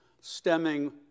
stemming